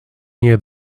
near